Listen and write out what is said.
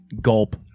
gulp